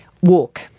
Walk